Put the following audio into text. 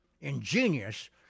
ingenious